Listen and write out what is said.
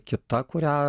kita kurią